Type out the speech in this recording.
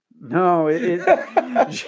No